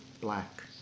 black